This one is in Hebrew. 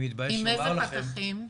עם איזה פקחים?